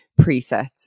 presets